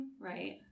Right